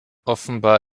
offenbar